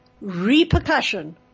repercussion